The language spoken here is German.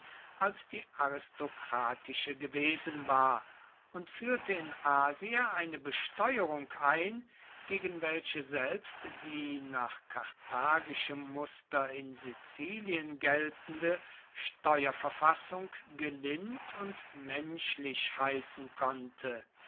als die aristokratische gewesen war und führte in asia eine besteuerung ein gegen welche selbst die nach karthagischem muster in sizilien geltende steuerverfassung gelind und menschlich heißen konnte